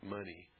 Money